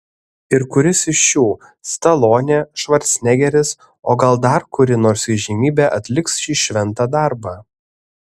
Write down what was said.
ir kuris iš šių stalonė švarcnegeris o gal dar kuri nors įžymybė atliks šį šventą darbą